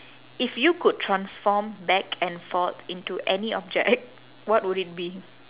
if you could transform back and forth into any object what would it be